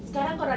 !wow!